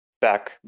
back